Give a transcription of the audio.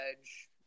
edge